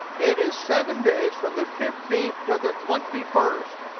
it is seven days from the fifteenth to the twenty first.